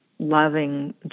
loving